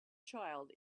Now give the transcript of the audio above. child